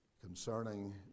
concerning